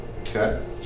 Okay